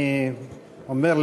אני אומר,